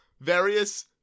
various